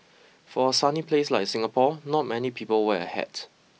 for a sunny place like Singapore not many people wear a hat